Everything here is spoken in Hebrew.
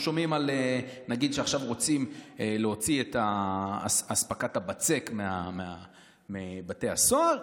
נגיד שעכשיו רוצים להוציא את אספקת הבצק מבתי הסוהר,